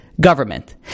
government